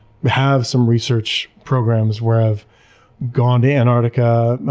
have some research programs where i've gone to antarctica,